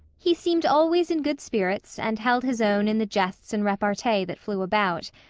he seemed always in good spirits, and held his own in the jests and repartee that flew about.